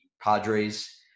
Padres